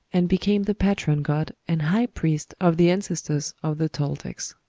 and became the patron god and high-priest of the ancestors of the toltecs.